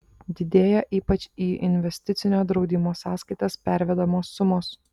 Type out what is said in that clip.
didėja ypač į investicinio draudimo sąskaitas pervedamos sumos